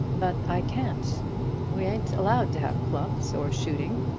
but i can't we ain't allowed to have clubs, or shooting,